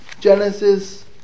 Genesis